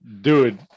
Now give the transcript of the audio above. Dude